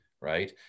right